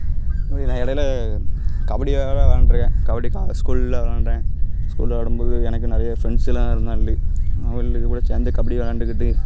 கொஞ்சம் நான் இடைல கபடிக்காக விளாண்ட்ருக்கேன் கபடிக்காக ஸ்கூலில் விளாண்ட்டேன் ஸ்கூலில் விளாடும் போது எனக்கு நிறைய ஃப்ரெண்ட்ஸ்ஸெலாம் இருந்தாங்களே அவனுங்களோடு சேர்ந்து கபடி விளாண்டுக்கிட்டு